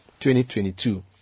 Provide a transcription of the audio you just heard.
2022